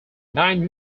nine